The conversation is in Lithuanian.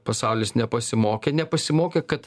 pasaulis nepasimokė nepasimokė kad